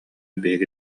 биһиги